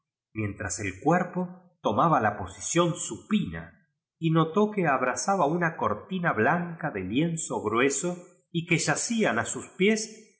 mientras el cuerpo tomaba la posición supina y notó que abrazaba una cortina blanca de lienzo grueso y que yacían a sus pies